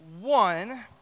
one